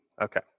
okay